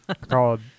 called